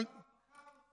תענה לי על זה.